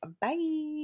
Bye